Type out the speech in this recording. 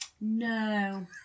No